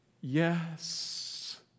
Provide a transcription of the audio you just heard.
Yes